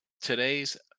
Today's